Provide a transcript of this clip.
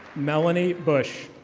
melanie bush.